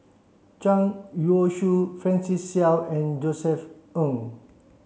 Zhang Youshuo Francis Seow and Josef Ng